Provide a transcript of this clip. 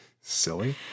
Silly